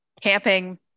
camping